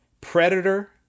Predator